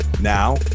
Now